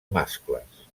mascles